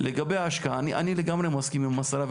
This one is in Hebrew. לגבי ההשקעה, אני לגמרי מסכים עם השרה.